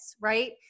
right